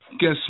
Guess